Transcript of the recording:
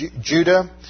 Judah